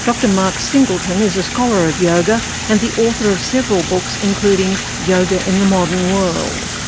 dr mark singleton is a scholar of yoga and the author of several books, including yoga in the modern world.